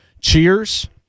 Cheers